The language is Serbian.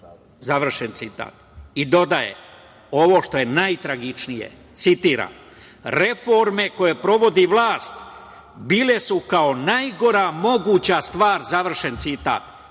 završen citat i dodaje, ovo što je najtragičnije, citiram – reforme koje provodi vlast, bile su kao najgora moguća stvar, završen citat